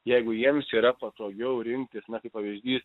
jeigu jiems yra patogiau rinktis na kaip pavyzdys